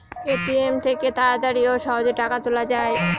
ATM থেকে তাড়াতাড়ি ও সহজেই টাকা তোলা যায়